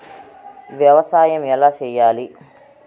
వ్యవసాయం ఎలా చేయాలి?